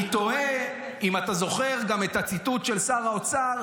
אני תוהה אם אתה זוכר גם את הציטוט של שר האוצר,